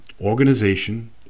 organization